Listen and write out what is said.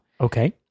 Okay